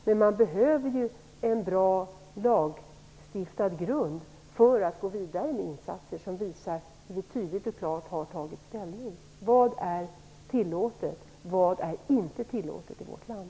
Men man behöver ju bra lagstiftning i botten för att man skall kunna gå vidare med insatser som visar att vi tydligt och klart har tagit ställning när det gäller vad som är tillåtet och vad som inte är tillåtet i vårt land.